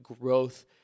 growth